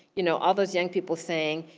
you know all those young people saying,